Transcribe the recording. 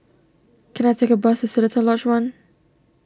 can I take a bus to Seletar Lodge one